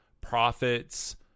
prophets